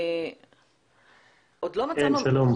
כן, שלום.